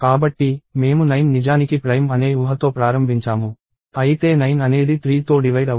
కాబట్టి మేము 9 నిజానికి ప్రైమ్ అనే ఊహతో ప్రారంభించాము అయితే 9 అనేది 3తో డివైడ్ అవుతుంది